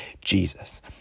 Jesus